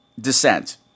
Descent